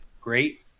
great